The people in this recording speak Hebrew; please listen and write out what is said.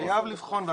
חייב לבחון.